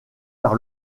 par